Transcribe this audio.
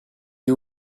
you